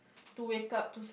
to wake up to